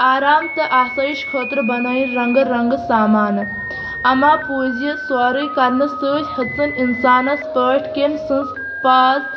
آرام تہٕ آسٲیِش خٲطرٕ بنٲیِن رنٛگہٕ رنٛگہٕ سامانہٕ اَما پوز یہِ سورُے کرنہٕ سۭتۍ ہیٚژٕن اِنسانس پٲٹھۍ کٔمۍ سٕنٛز پاز